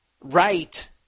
right